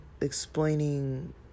explaining